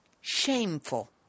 Shameful